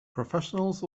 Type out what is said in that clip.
professionals